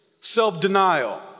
self-denial